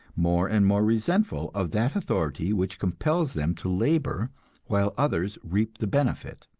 more and more resentful of that authority which compels them to labor while others reap the benefit.